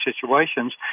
situations